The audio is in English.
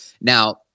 Now